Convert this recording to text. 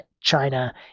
China